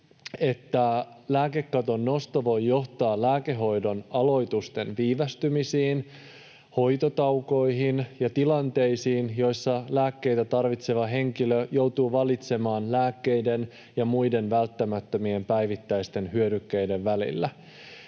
että lääkekaton nosto voi johtaa lääkehoidon aloitusten viivästymisiin, hoitotaukoihin ja tilanteisiin, joissa lääkkeitä tarvitseva henkilö joutuu valitsemaan lääkkeiden ja muiden välttämättömien päivittäisten hyödykkeiden välillä.